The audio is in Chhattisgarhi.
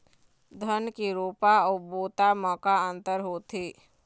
धन के रोपा अऊ बोता म का अंतर होथे?